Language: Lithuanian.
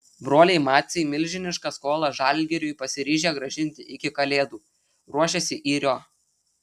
broliai maciai milžinišką skolą žalgiriui pasiryžę grąžinti iki kalėdų ruošiasi į rio